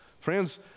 Friends